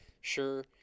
Sure